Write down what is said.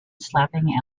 slapping